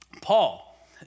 Paul